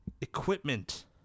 equipment